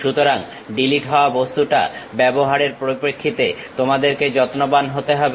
সুতরাং ডিলিট হওয়া বস্তুটা ব্যবহারের পরিপ্রেক্ষিতে তোমাদেরকে যত্নবান হতে হবে